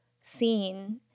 seen